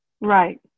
Right